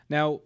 Now